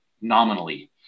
nominally